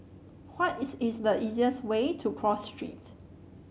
what is is the easiest way to Cross Street